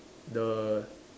the